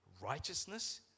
righteousness